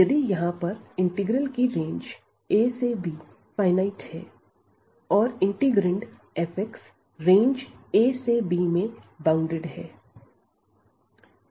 यदि यहां पर इंटीग्रल की रेंज a से b फाइनाइट है और इंटीग्रैंड f रेंज a से b में बाउंडेड है